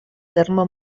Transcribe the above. terme